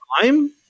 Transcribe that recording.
time